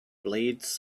blades